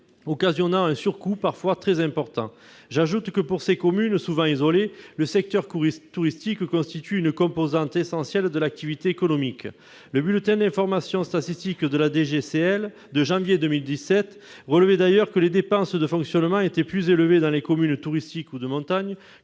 occasionnant un surcoût parfois très important. Pour ces communes souvent isolées, le secteur touristique constitue une composante essentielle de l'activité économique. Le bulletin d'information statistique de la DGCL, la direction générale des collectivités locales, de janvier 2017 relevait d'ailleurs que les dépenses de fonctionnement étaient plus élevées dans les communes touristiques ou de montagne